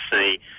see